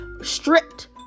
stripped